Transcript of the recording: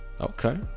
Okay